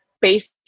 based